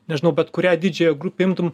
nežinau bet kurią didžiąją grupę imtum